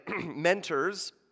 mentors